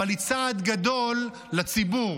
אבל היא צעד גדול לציבור.